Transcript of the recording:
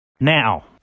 Now